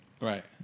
Right